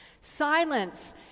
Silence